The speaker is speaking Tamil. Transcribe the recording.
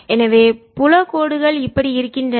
எனவே புல கோடுகள் இப்படி இருக்கின்றன